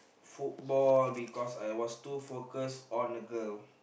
football because I was too focussed on a girl